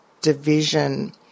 division